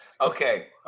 Okay